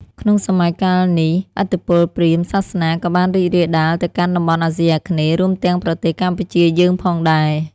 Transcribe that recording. ក្នុងសម័យកាលនេះ ឥទ្ធិពលព្រាហ្មណ៍សាសនាក៏បានរីករាលដាលទៅកាន់តំបន់អាស៊ីអាគ្នេយ៍ រួមទាំងប្រទេសកម្ពុជាយើងផងដែរ។